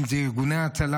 אם אלה ארגוני הצלה,